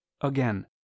again